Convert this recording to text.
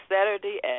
Saturday